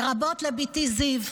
לרבות לבתי זיו,